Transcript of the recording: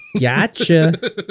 Gotcha